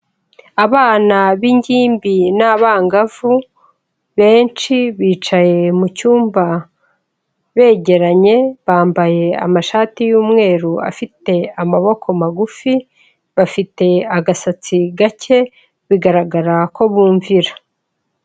Abana b'ingimbi n'abangavu benshi bicaye mu cyumba begeranye bambaye amashati y'umweru afite amaboko magufi, bafite agasatsi gake bigaragara ko bumvira.